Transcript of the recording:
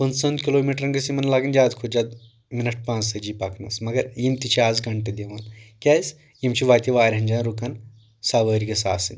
پٕنٛژہن کلوٗ میٖٹرن گٔژھۍ یِمن لگٕنۍ زیادٕ کھۄتہٕ زیادٕ منٹ پانٛژھ تٲجی پکنس مگر یِم تہِ چھِ آز گنٛٹہٕ دِوان کیٛازِ یِم چھِ وتہِ واریاہن جاین رُکان سوٲرۍ گٔژھۍ آسٕنۍ